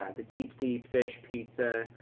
the deep deep dish pizza,